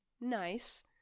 nice